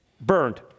burned